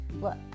Look